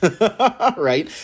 right